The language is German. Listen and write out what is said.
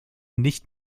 nicht